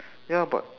ya but